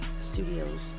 studios